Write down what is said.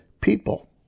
people